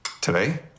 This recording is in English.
Today